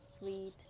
sweet